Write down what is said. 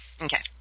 Okay